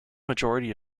majority